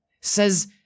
says